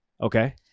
Okay